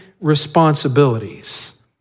responsibilities